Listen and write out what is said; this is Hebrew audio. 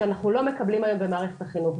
שאנחנו לא מקבלים היום במערכת החינוך.